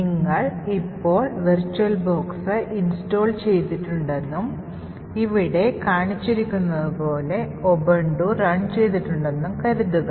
നിങ്ങൾ ഇപ്പോൾ Virtual Box install ചെയ്തിട്ടുണ്ടെന്നും ഇവിടെ കാണിച്ചിരിക്കുന്നതുപോലെ ഉബുണ്ടു റൺ ചെയ്യുന്നുണ്ടെന്നും കരുതുന്നു